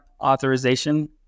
authorization